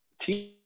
team